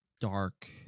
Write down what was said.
dark